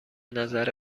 نظر